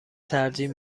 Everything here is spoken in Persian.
ترجیح